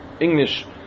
English